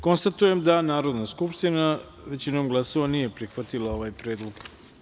Konstatujem da Narodna skupština, većinom glasova, nije prihvatila ovaj predlog.